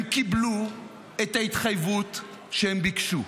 הם קיבלו את ההתחייבות שהם ביקשו.